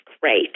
great